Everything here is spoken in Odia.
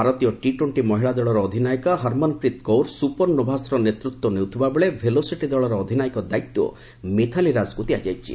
ଭାରତୀୟ ଟି ଟୋଣ୍ଟି ମହିଳା ଦଳର ଅଧିନାୟକ ହରମନପ୍ରୀତ କୌର ସୁପର ନୋଭାସର ନେତୃତ୍ୱ ନେଉଥିବା ବେଳେ ଭେଲୋସିଟି ଦଳର ଅଧିନାୟକ ଦାୟିତ୍ୱ ମିଥାଲି ରାଜ୍ଙ୍କୁ ଦିଆଯାଇଛି